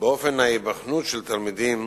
באופן ההיבחנות של תלמידים